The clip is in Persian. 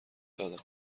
دادم